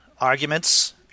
arguments